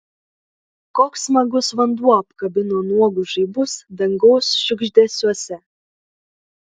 koks smagus vanduo apkabino nuogus žaibus dangaus šiugždesiuose